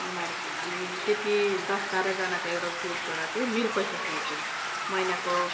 उनीहरूको हामी त्यति दस बाह्रजनाको एउटा ग्रुपबाट चाहिँ मिल पैसा खेल्छौँ महिनाको